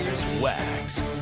wax